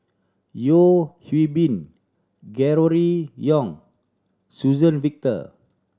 Yeo Hwee Bin Gregory Yong Suzann Victor